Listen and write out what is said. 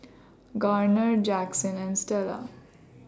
Garner Jackson and Stella